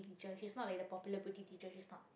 teacher she's not like the popular pretty teacher she's not